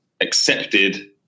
accepted